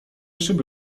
szyby